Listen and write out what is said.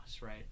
right